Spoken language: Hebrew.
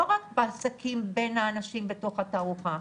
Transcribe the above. לא רק בעסקים בין האנשים בתוך התערוכה,